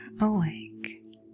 awake